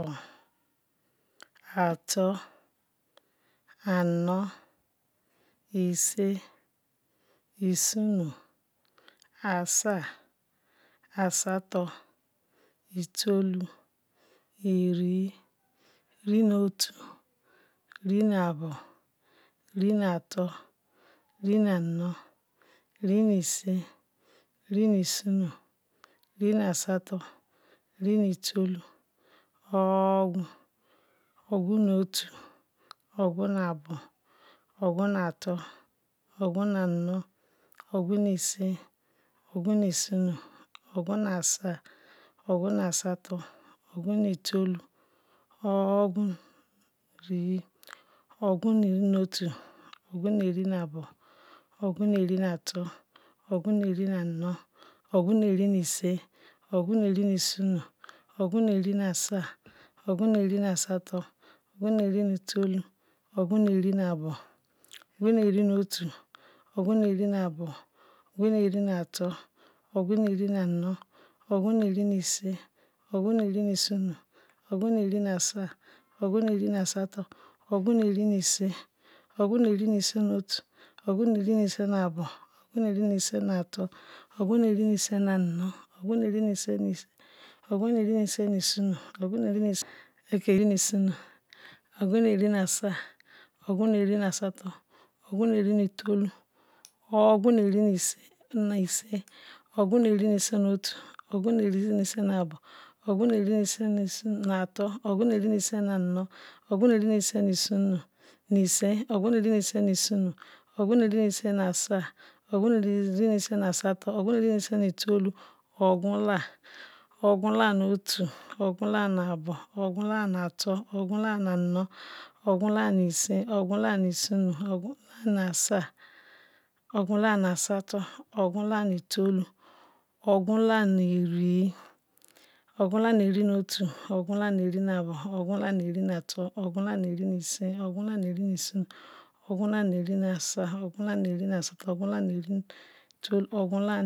Atol anol isin isonu asal asato tolu iri rinotu rino abo rinoatul rinoanol nnoisin rinoisonol rinoasatol rinotolu okgun okgunotu okgunato okgunuisin okgunuisono okgunasawo okgunuasatol okgununotolu okgunori okguno gununotolu okgunori okguno rinotol okgunoebo okguno atal okgunoanu okgunosi okgunoi sonu okgunoasawo okgunoesatol okgunutol okgunorina bo okgunurinuatol okgunurinuanu okgunurinu isin okgunurinu isonu otagunurinuasa okgunu rinu asatol okgunu rinoisin okgunurinuotol okgunuisinnu abo okgunuisin nu atol okgunuisin nu anol okgunurinuisin okgunnuisinol okgunu rinuasa okgunu rinusata okgunurinutohu okgunla okgunlarunuotol okgunlano nuabo okgun la nuatol okgunlaru nu anol okeyan lanu isin okgunla nuisonu otagunla nuasa okgunlana nuasotol okgunla nutolu okgunlaru nuri okgunlaru nuri nutol okgunlaru nuri nuabo okgunla ru nuri nuata okgunlaru nuri nu anu okgunlaru nuri nusisi okgunla nuri nuisonu okgunla nuasa okgunla nuasatol okgunlaru nuabo okgun lara nuri okgunlaru nuabo okgunla runu ri nutol okgun laru nuri nusin okgunlaru nuri nuisonu okgunlaru nuri nuasawo okgunlaru nuri nuasatol okgularu nuri nu telu